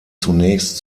zunächst